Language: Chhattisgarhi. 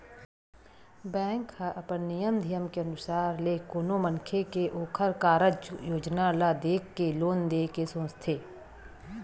बेंक ह अपन नियम धियम के अनुसार ले कोनो मनखे के ओखर कारज योजना ल देख के लोन देय के सोचथे